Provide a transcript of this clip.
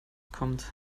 kommt